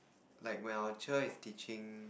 like when our cher is teaching